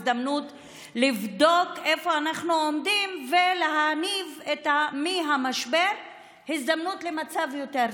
הזדמנות לבדוק איפה אנחנו עומדים ולהפיק מהמשבר הזדמנות למצב יותר טוב.